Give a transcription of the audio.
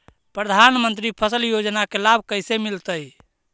प्रधानमंत्री फसल योजना के लाभ कैसे मिलतै?